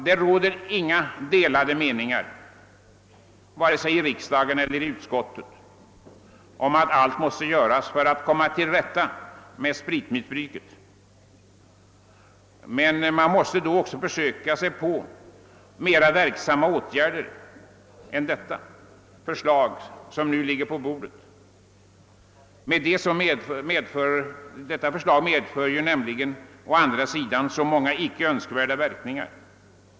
Det råder inga delade meningar vare sig i kammaren eller i utskottet om att allt måste göras för att komma till rätta med spritmissbruket. Man måste emellertid då försöka sig på mera verksamma åtgärder än det förslag innebär som nu ligger på bordet; det medför nämligen många icke önskvärda verkningar.